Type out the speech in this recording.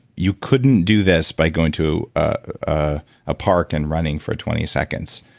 you couldn't do this by going to a ah park and running for twenty seconds.